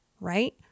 right